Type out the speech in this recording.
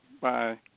Bye